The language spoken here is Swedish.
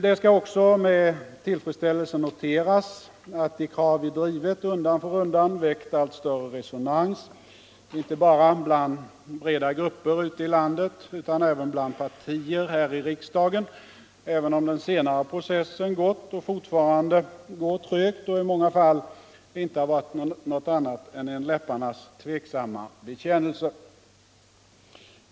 Det skall också med tillfredsställelse noteras, att de krav vi drivit har undan för undan väckt allt större resonans inte bara bland breda grupper ute i landet utan också bland andra partier här i riksdagen, även om den senare processen gått och fortfarande går trögt och i många fall inte varit något annat än en läpparnas tveksamma bekännelse.